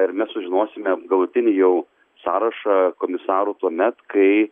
ir mes sužinosime galutinį jau sąrašą komisarų tuomet kai